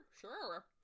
Sure